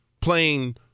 playing